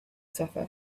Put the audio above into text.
suffer